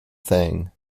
thing